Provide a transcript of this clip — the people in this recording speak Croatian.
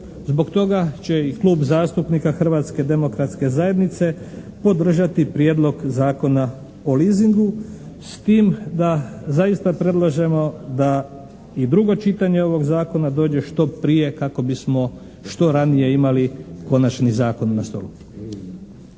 Zbog toga će i Klub zastupnika Hrvatske demokratske zajednice podržati Prijedlog zakona o leasingu s tim da zaista predlažemo da i drugo čitanje ovog zakona dođe što prije kako bismo što ranije imali konačni zakon na stolu.